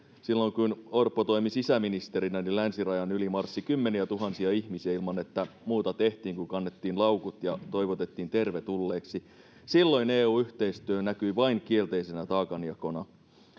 silloin kun orpo toimi sisäministerinä länsirajan yli marssi kymmeniätuhansia ihmisiä ilman että muuta tehtiin kuin kannettiin laukut ja toivotettiin tervetulleeksi silloin eu yhteistyö näkyi vain kielteisenä taakanjakona